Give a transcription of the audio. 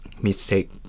mistake